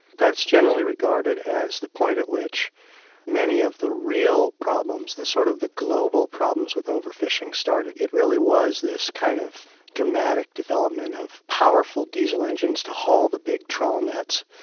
that's generally regarded as the point at which many of the real problems, the sort of the global problems with over-fishing started. it really was this kind of dramatic development of powerful diesel engines to haul the big trawl nets.